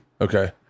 Okay